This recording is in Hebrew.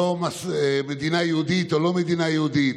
לא מדינה יהודית או לא מדינה יהודית,